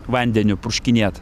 vandeniu purškinėt